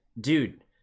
dude